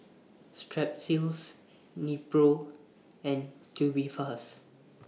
Strepsils Nepro and Tubifast